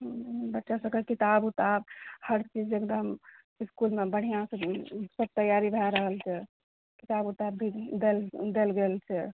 बच्चा सबके किताब उताब हर चीज एकदम इसकुलमे बढिऑं सऽ तैयारी भऽ रहल छै किताब उताब भी देल गेल छै